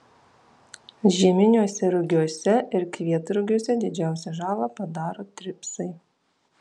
žieminiuose rugiuose ir kvietrugiuose didžiausią žalą padaro tripsai